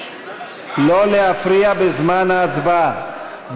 לא להפריע בזמן ההצבעה,